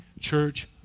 Church